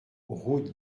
route